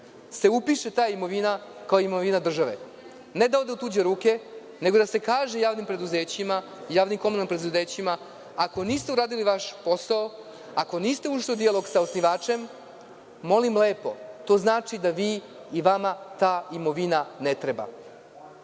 se upiše ta imovina kao imovina države, ne da ode u tuđe ruke, nego da se kaže javnim preduzećima i javnim komunalnim preduzećima – ako niste uradili vaš posao, ako niste ušli u dijalog sa osnivačem, molim lepo. To znači da vama ta imovina ne treba. Šta